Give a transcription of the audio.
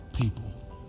people